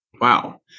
Wow